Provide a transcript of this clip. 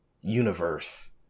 universe